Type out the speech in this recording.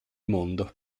mondo